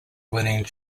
winning